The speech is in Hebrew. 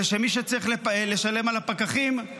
ושמי שצריך לשלם על הפקחים הוא